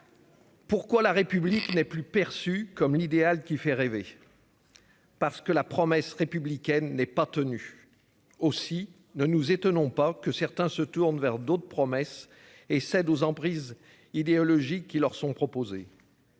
Pourquoi la république n'est plus perçue comme l'idéal qui fait rêver. Parce que la promesse républicaine n'est pas tenu aussi, ne nous étonnons pas que certains se tournent vers d'autres promesses et cède aux emprise idéologique qui leur sont proposés.